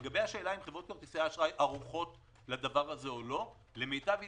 לגבי השאלה אם חברות כרטיסי האשראי ערוכות לזה או לא למיטב ידיעתי,